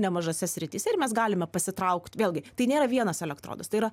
nemažose srityse ir mes galime pasitraukti vėlgi tai nėra vienas elektrodas tai yra